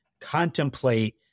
contemplate